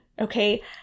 Okay